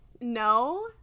No